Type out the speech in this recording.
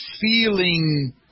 feeling